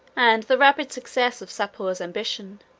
and the rapid success of sapor's ambition,